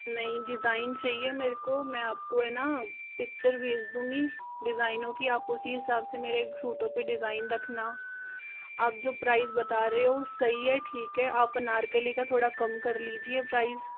नहीं डिज़ाइन चाहिए मेरे को मैं आपको है ना पिक्चर भेज दूँगी डिज़ाइनों की आप उसी हिसाब से मेरे सूटों पर डिज़ाइन रखना आप जो प्राइस बता रहे हो सही है ठीक है आप अनारकली का थोड़ा कम कर लीजिए प्राइस